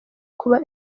kuba